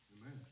Amen